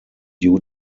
due